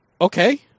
Okay